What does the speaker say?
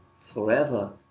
forever